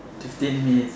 fifteen minutes